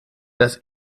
das